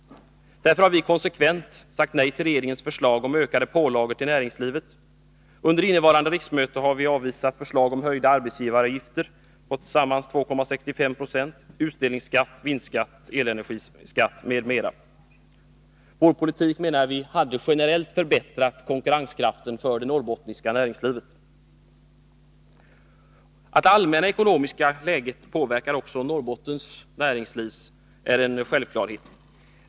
Därför har vi konsekvent sagt nej till regeringens förslag om ökade pålagor på näringslivet. Under innevarande riksmöte har vi avvisat förslag om höjda arbetsgivaravgifter på sammanlagt 2,65 2, utdelningsskatt, vinstskatt, elenergiskatt m.m. Vår politik hade, menar vi, generellt förbättrat konkurrenskraften för det norrbottniska näringslivet. Att det allmänna ekonomiska läget påverkar även Norrbottens näringsliv är en självklarhet.